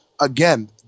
again